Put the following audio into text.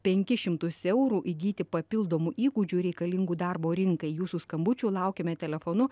penkis šimtus eurų įgyti papildomų įgūdžių reikalingų darbo rinkai jūsų skambučių laukiame telefonu